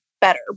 better